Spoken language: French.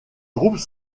groupes